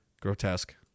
Grotesque